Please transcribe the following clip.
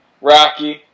rocky